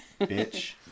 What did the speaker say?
bitch